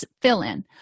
fill-in